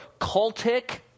cultic